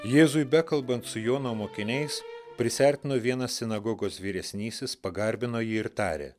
jėzui bekalbant su jono mokiniais prisiartino vienas sinagogos vyresnysis pagarbino jį ir tarė